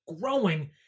growing